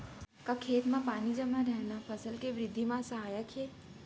का खेत म पानी जमे रहना फसल के वृद्धि म सहायक हे?